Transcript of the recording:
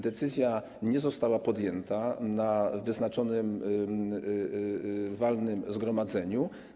Decyzja nie została podjęta na wyznaczonym walnym zgromadzeniu.